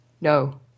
No